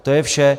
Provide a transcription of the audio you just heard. To je vše.